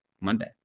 Monday